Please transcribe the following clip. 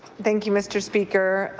thank you, mr. speaker.